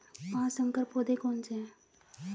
पाँच संकर पौधे कौन से हैं?